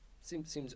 Seems